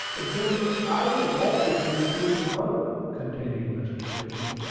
then i will walk with you to your boat, continued mr. tiffany.